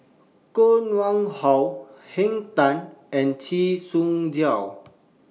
Koh Nguang How Henn Tan and Chee Soon